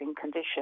condition